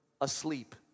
asleep